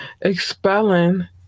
expelling